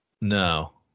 No